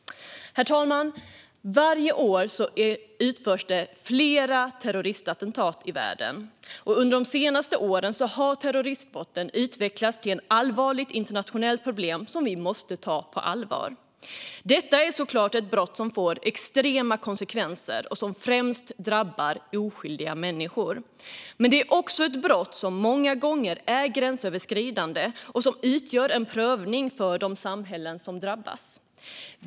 Herr talman! Varje år utförs flera terroristattentat i världen. Under de senaste åren har terroristbrotten utvecklats till ett allvarligt internationellt problem som vi måste ta på allvar. Detta är såklart ett brott som får extrema konsekvenser och som främst drabbar oskyldiga människor. Men det är också ett brott som många gånger är gränsöverskridande och som utgör en prövning för de samhällen som drabbas.